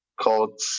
called